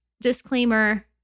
Disclaimer